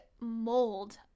mold